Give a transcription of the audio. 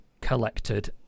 collected